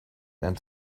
and